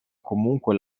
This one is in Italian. comunque